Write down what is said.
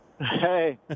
Hey